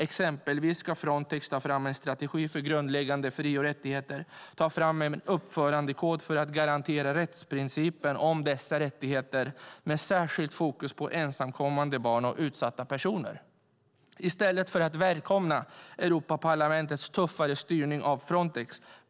Exempelvis ska Frontex ta fram en strategi för grundläggande fri och rättigheter och ta fram en uppförandekod för att garantera rättsprincipen om dessa rättigheter med särskilt fokus på ensamkommande barn och utsatta personer. Det